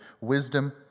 wisdom